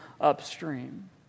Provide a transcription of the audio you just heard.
upstream